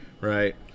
right